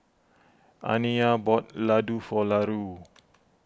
Aniyah bought Laddu for Larue